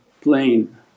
plane